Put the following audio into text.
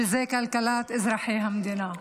שזה כלכלת אזרחי המדינה.